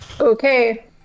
Okay